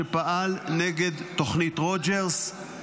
שפעל נגד תוכנית רוג'רס.